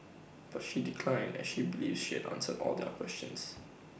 but she declined as she believes she answered all their questions